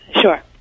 sure